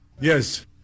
Yes